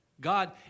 God